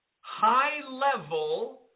high-level